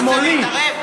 משמאלי, אתה רוצה להתערב?